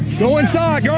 go inside, yeah